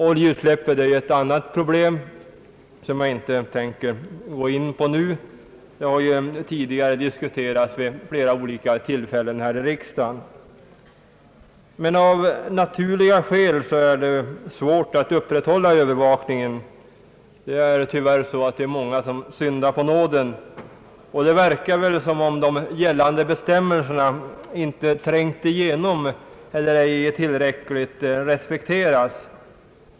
Oljeutsläpp är ett annat problem som jag inte tänker gå in på nu; det har ju tidigare diskuterats vid flera olika tillfällen i riksdagen. Av naturliga skäl är det svårt att upprätthålla övervakningen. Det är tyvärr många som syndar på nåden, och det verkar som om de gällande bestämmelserna inte trängt igenom eller ej tillräckligt respekteras.